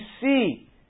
see